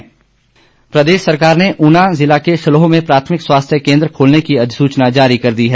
राम कमार प्रदेश सरकार ने ऊना जिला के शलोह में प्राथमिक स्वास्थ्य केन्द्र खोलने की अधिसुचना जारी कर दी है